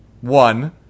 one